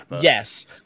yes